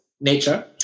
nature